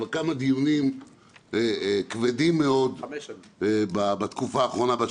אבל כמה דיונים כבדים מאוד בתקופה האחרונה -- חמש שנים.